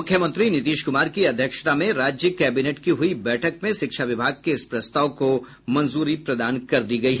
मुख्यमंत्री नीतीश कुमार की अध्यक्षता में राज्य कैबिनेट की हुई बैठक में शिक्षा विभाग के इस प्रस्ताव को मंजूरी प्रदान कर दी गयी